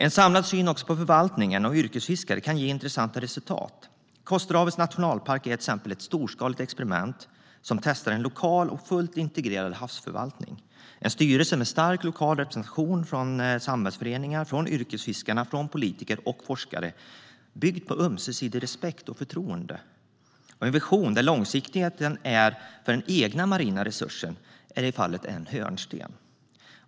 En samlad syn på förvaltningen och yrkesfiskare kan ge intressanta resultat. Till exempel är Kosterhavets nationalpark ett storskaligt experiment där man testar att ha en lokal och fullt integrerad havsförvaltning. Det är en styrelse med stark lokal representation från samhällsföreningar, yrkesfiskare, politiker och forskare, byggd på ömsesidig respekt och förtroende. Det finns en vision där långsiktigheten för den egna marina resursen är en hörnsten.